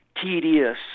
tedious